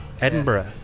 Edinburgh